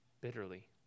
bitterly